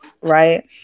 Right